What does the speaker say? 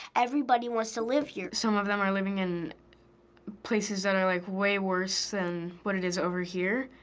everybody wants to live here. some of them are living in places that are like way worse than what it is over here,